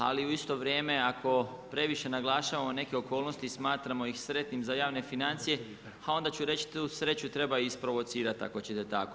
Ali u isto vrijeme, ako previše naglašavamo neke okolnosti i smatramo ih sretnim za javne financije, ha onda ću reći tu sreću treba i isprovocirati ako ćete tako.